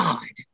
God